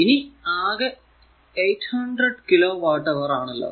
ഇനി അകെ 800 kilowatt അവർ ആണല്ലോ